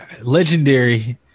legendary